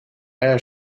air